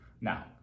Now